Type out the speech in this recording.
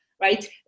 right